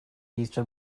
easter